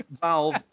Valve